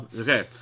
Okay